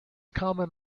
common